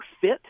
fit